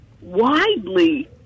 widely